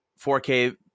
4K